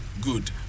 Good